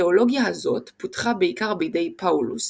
התאולוגיה הזאת פותחה בעיקר בידי פאולוס,